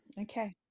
okay